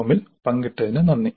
com ൽ പങ്കിട്ടതിന് നന്ദി